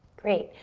great,